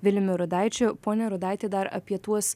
viliumi rudaičiu pone rudaiti dar apie tuos